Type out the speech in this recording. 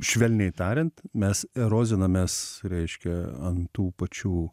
švelniai tariant mes erozinamės reiškia ant tų pačių